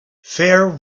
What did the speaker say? fair